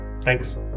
Thanks